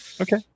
Okay